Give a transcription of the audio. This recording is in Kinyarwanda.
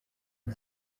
iki